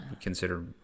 consider